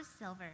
silver